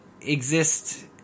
exist